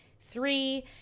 three